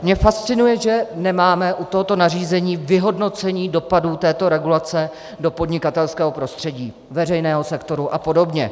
Mě fascinuje, že nemáme u tohoto nařízení vyhodnocení dopadů této regulace do podnikatelského prostředí, veřejného sektoru apod.